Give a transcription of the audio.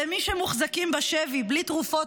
למי שמוחזקים בשבי בלי תרופות,